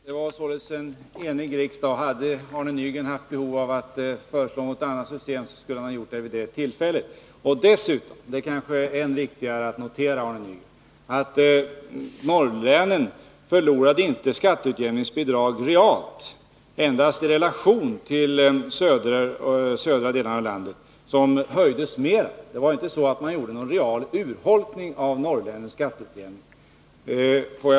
Fru talman! Det var en enig riksdag som fattade beslutet. Hade Arne Nygren haft behov av att föreslå något annat system skulle han ha gjort det vid det tillfället. Dessutom — det är kanske än viktigare att notera, Arne Nygren — förlorade inte norrlänen skatteutjämningsbidrag realt, endast i relation till de södra delarna av landet, där man höjde mera. Det var alltså inte så att man gjorde någon real urholkning när det gäller norrlänens skatteutjämning.